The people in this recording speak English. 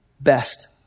best